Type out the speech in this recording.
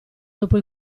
dopo